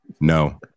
No